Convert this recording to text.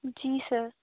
जी sir